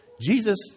Jesus